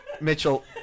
Mitchell